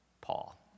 Paul